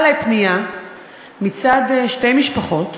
הגיעה אלי פנייה משתי משפחות,